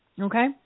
okay